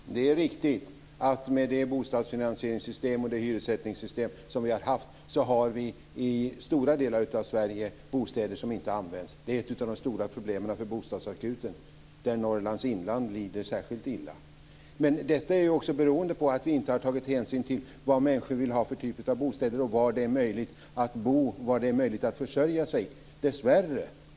Fru talman! Det är riktigt att med det bostadsfinansieringssystem och det hyressättningssystem som vi har haft har vi i stora delar av Sverige bostäder som inte används. Det är ett av de stora problemen för bostadsakuten. Särskilt illa lider Norrlands inland. Men detta beror också på att vi inte har tagit hänsyn till vad människor vill ha för typ av bostäder, var det är möjligt att bo och var det är möjligt att försörja sig.